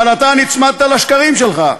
אבל אתה נצמדת לשקרים שלך.